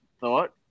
thought